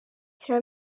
cya